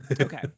Okay